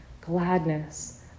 gladness